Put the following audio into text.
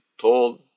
told